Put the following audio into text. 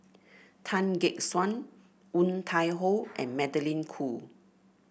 Tan Gek Suan Woon Tai Ho and Magdalene Khoo